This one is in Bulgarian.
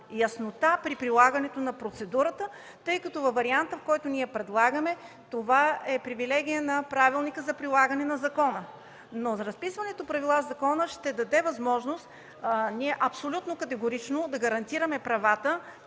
яснота при прилагане на процедурата, тъй като във варианта, който ние предлагаме, това е привилегия на Правилника за прилагане на закона. Но разписването на правила в закона ще даде възможност абсолютно категорично да гарантираме правата